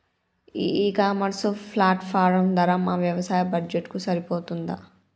ఈ e commerce platform ధర మా వ్యవసాయ బడ్జెట్ కు సరిపోతుందా?